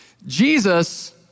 Jesus